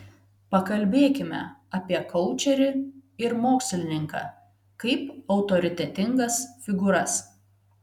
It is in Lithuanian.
pakalbėkime apie koučerį ir mokslininką kaip autoritetingas figūras